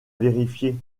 vérifier